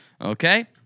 okay